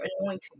anointing